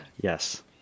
Yes